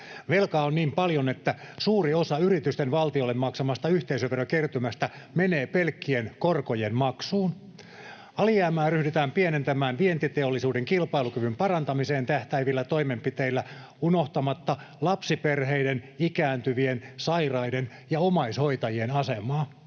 Velkaa on niin paljon, että suuri osa yritysten valtiolle maksamasta yhteisöverokertymästä menee pelkkien korkojen maksuun. Alijäämää ryhdytään pienentämään vientiteollisuuden kilpailukyvyn parantamiseen tähtäävillä toimenpiteillä unohtamatta lapsiperheiden, ikääntyvien, sairaiden ja omaishoitajien asemaa.